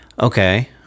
okay